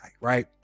right